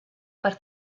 per